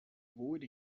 avoid